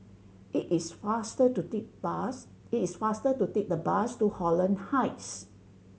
it is faster to take bus it is faster to take the bus to Holland Heights